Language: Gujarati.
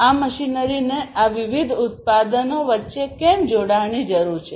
આ મશીનરીને આ વિવિધ ઉત્પાદનો વચ્ચે કેમ જોડાણની જરૂર છે